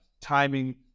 timing